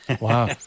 Wow